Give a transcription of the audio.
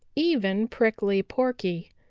even prickly porky.